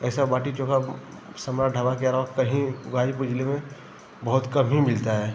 ऐसा बाटी चोख़ा सम्राट ढाबा के अलावा कहीं गाज़ीपुर जिले में बहुत कम ही मिलता है